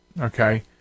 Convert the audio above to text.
Okay